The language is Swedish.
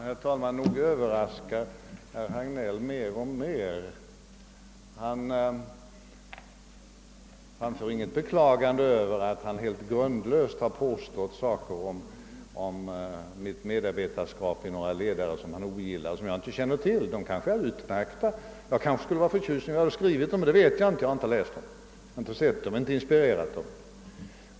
Herr talman! Nog överraskar herr Hagnell mer och mer! Han framför inget beklagande av att han helt grundlöst gjort påståenden om mitt medarbetarskap i några ledare, som han ogillar men som jag inte känner till. De kanske är utmärkta. Jag kanske skulle vara förtjust om jag hade skrivit dem, men det vet jag inte. Jag har inte läst dem, inte sett dem och inte inspirerat dem.